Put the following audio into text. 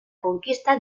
conquista